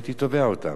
הייתי תובע אותם.